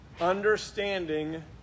understanding